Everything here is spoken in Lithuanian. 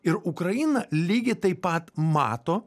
ir ukraina lygiai taip pat mato